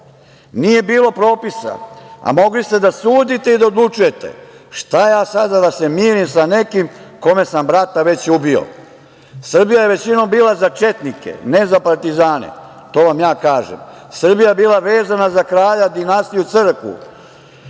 nije bilo propisa, a mogli ste da sudite i da odlučujete. Šta ja sada da se mirim sa nekim kome sam brata već ubio. Srbija je većinom bila za četnike, ne za partizane, to vam ja kažem. Srbija je bila vezana za Kralja dinastije i crkvu,